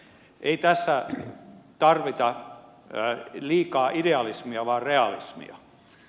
ei tässä tarvita liikaa idealismia vaan realismia